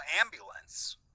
ambulance